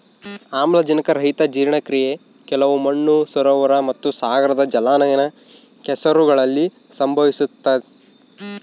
ಆಮ್ಲಜನಕರಹಿತ ಜೀರ್ಣಕ್ರಿಯೆ ಕೆಲವು ಮಣ್ಣು ಸರೋವರ ಮತ್ತುಸಾಗರದ ಜಲಾನಯನ ಕೆಸರುಗಳಲ್ಲಿ ಸಂಭವಿಸ್ತತೆ